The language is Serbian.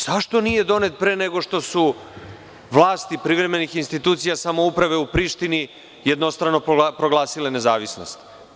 Zašto nije donet pre nego što su vlasti privremenih institucija samouprave u Prištini jednostrano proglasile nezavisnost?